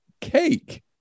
cake